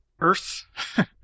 earth